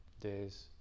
days